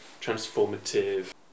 Transformative